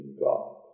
God